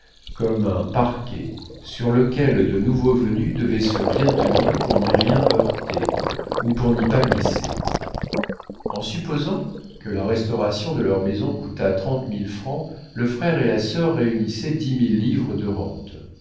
comme un parquet sur lequel de nouveaux venus devaient se bien tenir pour n'y rien heurter ou pour n'y pas glisser en supposant que la restauration de leur maison coûtât trente mille francs le frère et la sœur réunissaient dix mille livres de rente